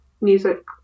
music